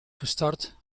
gestart